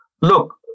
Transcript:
look